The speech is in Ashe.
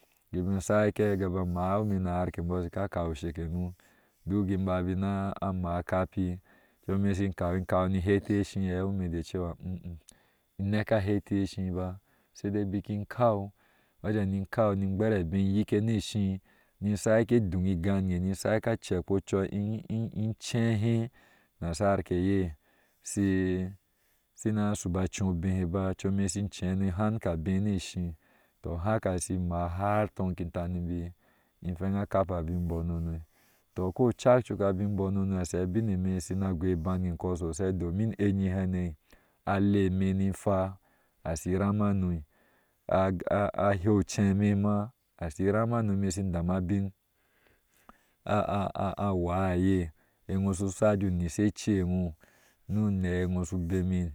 Kibin shaike kaba maawi ime nashar ke bɔɔ shika kau ushekenuu duk kin ba bina maa akapi ocu eme shin kau in kau ni iheti he eshi, hewi ine de cewa eheh ineke heti eshi ba saidai baki ikau wejen nikan ni gber abe yike ni eshii ni shake duni egane ni sake cepki ocoi in cehe nashari ke ye shina shopa cii obehe ba don ime shin cee no in han abee ni oshii toh haka shi maa har tanki tanibi hweŋ a kappa abin in bononoi toh ko cik coka bin in bononoi sai domin eye hame alee eme ni ehwaa ashi iram hano a heu oceme ma ahi iram hano ime shin dam abiŋ awaa eye eno shin shasha juh nyisha eceno, nu unee no shu bemi.